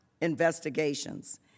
investigations